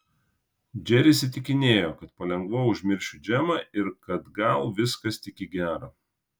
džeris įtikinėjo kad palengva užmiršiu džemą ir kad gal viskas tik į gera